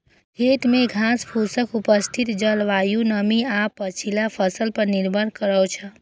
खेत मे घासफूसक उपस्थिति जलवायु, नमी आ पछिला फसल पर निर्भर करै छै